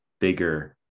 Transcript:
bigger